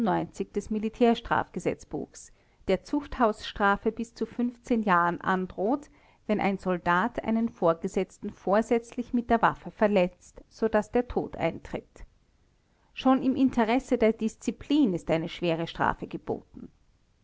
des militärstrafgesetzbuchs der zuchthausstrafe bis zu jahren androht wenn ein soldat einen vorgesetzten vorsätzlich mit der waffe verletzt so daß der tod eintritt schon im interesse der disziplin ist eine schwere strafe geboten